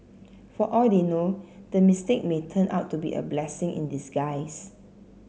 for all they know the mistake may turn out to be a blessing in disguise